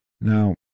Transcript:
Now